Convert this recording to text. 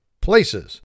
Places